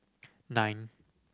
nine